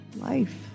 life